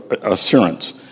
Assurance